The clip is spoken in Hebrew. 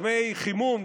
דמי חימום,